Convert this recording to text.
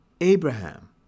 Abraham